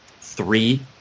three